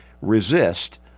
resist